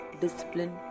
discipline